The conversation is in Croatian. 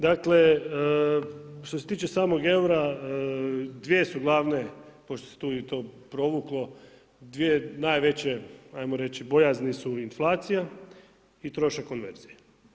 Dakle što se tiče samog eura, dvije su glavne, pošto se tu i to provuklo, dvije najveće, ajmo reći bojazni su inflacija i trošak konverzije.